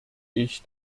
ich